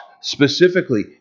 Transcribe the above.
specifically